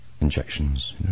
injections